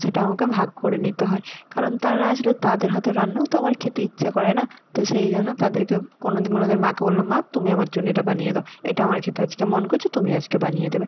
সেটা আমাকে ভাগ করে নিতে হয় কারণ তারা আসলে তাদের হাতে রান্নাও তো আমার খেতে ইচ্ছে করে না তো সেই জন্য তাদেরকে কোনওদিন কোনওদিন মাকে বললাম মা তুমি আমার জন্য এটা বানিয়ে দাও এটা আমার খেতে আজকে মন করছে তুমি আজকে বানিয়ে দেবে